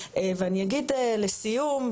ואני אגיד לסיום,